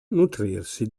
nutrirsi